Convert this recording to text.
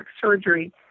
surgery